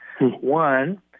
One